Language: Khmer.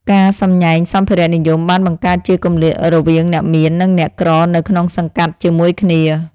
ការសម្ញែងសម្ភារៈនិយមបានបង្កើតជាគម្លាតរវាងអ្នកមាន និងអ្នកក្រនៅក្នុងសង្កាត់ជាមួយគ្នា។